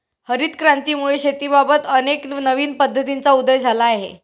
हरित क्रांतीमुळे शेतीबाबत अनेक नवीन पद्धतींचा उदय झाला आहे